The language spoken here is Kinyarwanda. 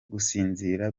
gusinzira